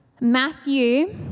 Matthew